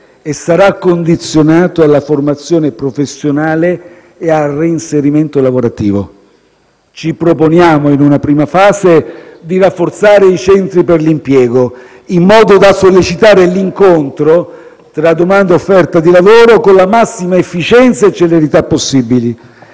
e sarà condizionato alla formazione professionale e al reinserimento lavorativo. Ci proponiamo, in una prima fase, di rafforzare i centri per l'impiego in modo da sollecitare l'incontro tra domanda e offerta di lavoro con la massima efficienza e celerità possibili.